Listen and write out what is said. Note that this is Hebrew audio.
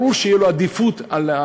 ברור שתהיה לו עדיפות על,